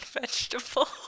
vegetable